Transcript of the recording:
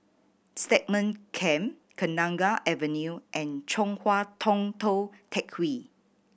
Stagmont Camp Kenanga Avenue and Chong Hua Tong Tou Teck Hwee